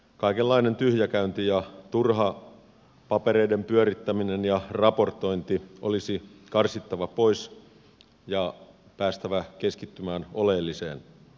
kaikenlainen tyhjäkäynti ja turha papereiden pyörittäminen ja raportointi olisi karsittava pois ja päästävä keskittymään oleelliseen